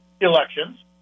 elections